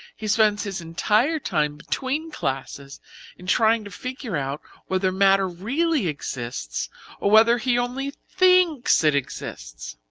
he spends his entire time between classes in trying to figure out whether matter really exists or whether he only thinks it exists.